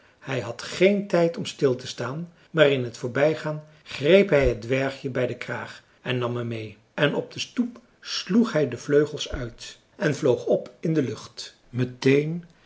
hij had geen tijd om stil te staan maar in het voorbijgaan greep hij het dwergje bij den kraag en nam hem meê en op de stoep sloeg hij de vleugels uit en vloog op in de lucht meteen